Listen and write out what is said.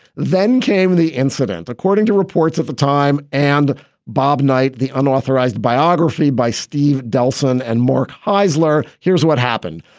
then came the incident. according to reports at the time and bob knight, the unauthorized biography by steve delson and mark heisler, here's what happened.